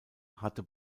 hatte